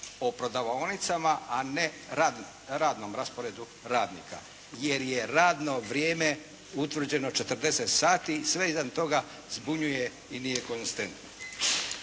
o prodavaonicama a ne radnom rasporedu radnika jer je radno vrijeme utvrđeno 40 sati, sve iznad toga zbunjuje i nije konzistentno.